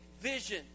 vision